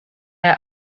her